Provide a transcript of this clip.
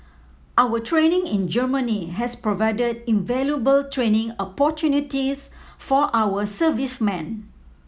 our training in Germany has provided invaluable training opportunities for our servicemen